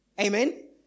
Amen